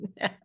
no